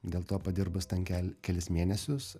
dėl to padirbus ten kel kelis mėnesius